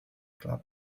club